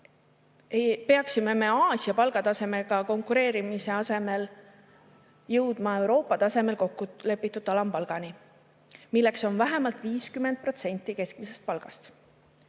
peaksime me Aasia palgatasemega konkureerimise asemel jõudma Euroopa tasemel kokku lepitud alampalgani, milleks on vähemalt 50% keskmisest palgast.